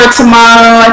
tomorrow